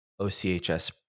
OCHS